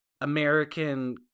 American